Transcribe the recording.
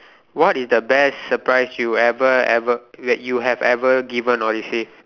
what is the best surprise you ever ever you have ever given or received